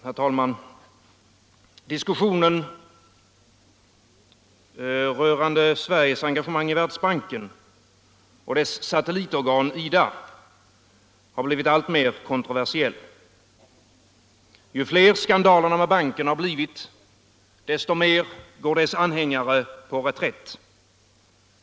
Herr talman! Diskussionen rörande Sveriges engagemang i Världsbanken och dess satellitorgan IDA har blivit alltmer kontroversiell. Ju fler skandalerna med banken har blivit, desto mer slår dess anhängare till reträtt.